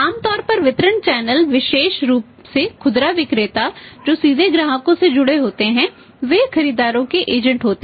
आम तौर पर वितरण चैनल विशेष रूप से खुदरा विक्रेता जो सीधे ग्राहकों से जुड़े होते हैं वे खरीदारों के एजेंट नहीं होते हैं